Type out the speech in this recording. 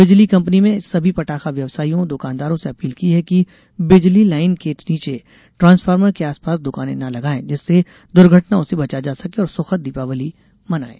बिजली कम्पनी में सभी पटाखा व्यवसाइयों दुकानदारों से अपील की है कि बिजली लाईन के नीचे ट्रांसफार्मर के आसपास दुकानें न लगायें जिससे दुर्घटनाओं से बचा जा सके और सुखद दीपावली मनायें